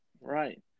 Right